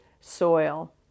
soil